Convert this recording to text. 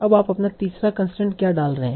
अब आप तीसरा कंसट्रेंट क्या डाल रहे हैं